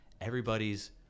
everybody's